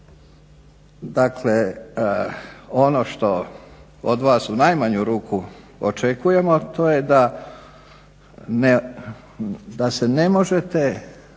Dakle, ono što od vas u najmanju ruku očekujemo to je da se ne možete